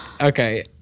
Okay